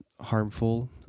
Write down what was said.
harmful